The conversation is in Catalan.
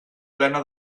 plena